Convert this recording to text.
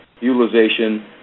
utilization